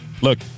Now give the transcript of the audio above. Look